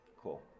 Cool